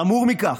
חמור מכך,